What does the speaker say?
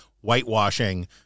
whitewashing